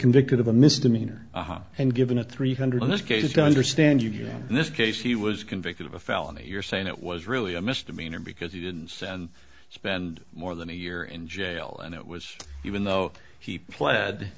convicted of a misdemeanor and given a three hundred in this case you don't understand you have in this case he was convicted of a felony you're saying it was really a misdemeanor because he didn't send spend more than a year in jail and it was even though he pled